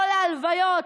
לא להלוויות,